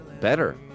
Better